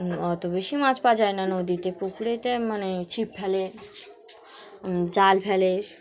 অত বেশি মাছ পাওয়া যায় না নদীতে পুকুরতে মানে ছিপ ফেলে জাল ফেলে